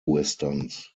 westerns